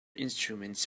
instruments